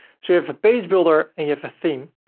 sort of page builder and you have a theme.